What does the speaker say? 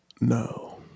No